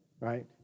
right